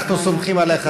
אנחנו סומכים עליך,